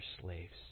slaves